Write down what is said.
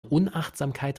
unachtsamkeit